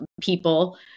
people